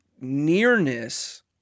nearness